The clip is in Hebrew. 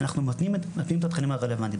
אנחנו מתנים את התכנים הרלוונטיים,